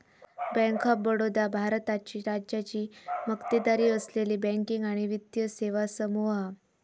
bank of Baroda भारताची राज्याची मक्तेदारी असलेली बँकिंग आणि वित्तीय सेवा समूह हा